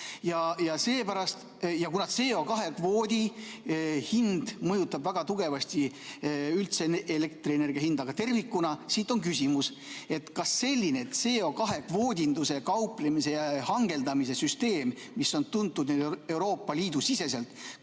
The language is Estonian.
sulepeast. Ja kuna CO2kvoodi hind mõjutab väga tugevasti üldse elektrienergia hinda tervikuna, siis mul on küsimus, kas selline CO2kvootidega kauplemise ja hangeldamise süsteem, mis on tuntud Euroopa Liidus,